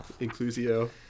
Inclusio